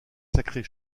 sacrée